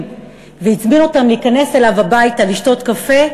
והזמין אותם להיכנס אליו הביתה לשתות קפה,